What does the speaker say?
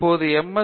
இப்போது எம்